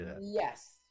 Yes